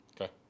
Okay